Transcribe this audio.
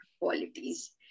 qualities